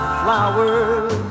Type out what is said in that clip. flowers